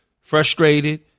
frustrated